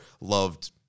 Loved